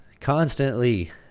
constantly